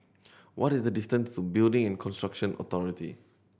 what is the distance to Building and Construction Authority